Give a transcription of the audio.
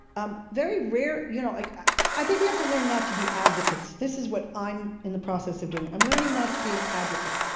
um very rare, you know, like i think we have to learn not to be advocates. this is what i'm in the process of doing. i'm learning not to be an advocate.